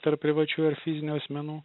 tarp privačių ir fizinių asmenų